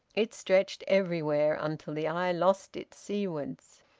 it stretched everywhere, until the eye lost it seawards.